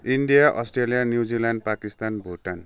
India Australia New Zealand Pakistan Bhutan